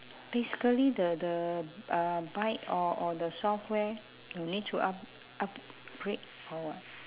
basically the the um byte or or the software no need to up~ upgrade or what